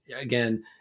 again